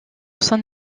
son